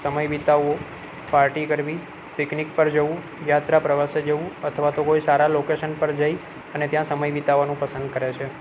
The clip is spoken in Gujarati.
સમય વિતાવવો પાર્ટી કરવી પિકનિક પર જવું યાત્રા પ્રવાસે જવું અથવા તો કોઈ સારા લોકેશન પર જઈ અને ત્યાં સમય વિતાવાનું પસંદ કરે છે